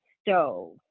stove